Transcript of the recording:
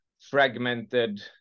fragmented